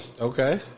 Okay